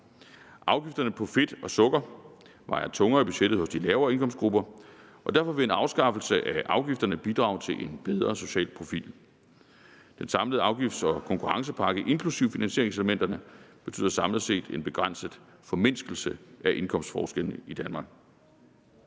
Afgifterne på fedt og sukker vejer tungere i budgettet hos grupperne med lavere indkomst, og derfor vil en afskaffelse af afgifterne bidrage til en bedre social profil. Den samlede afgifts- og konkurrencepakke inklusive finansieringselementerne betyder samlet set en begrænset formindskelse af indkomstforskellene i Danmark.